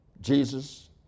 Jesus